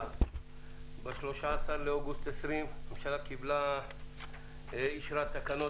ב-13 לאוגוסט 2020 הממשלה אישרה תקנות